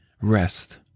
rest